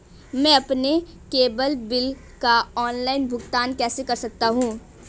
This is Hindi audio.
मैं अपने केबल बिल का ऑनलाइन भुगतान कैसे कर सकता हूं?